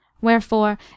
wherefore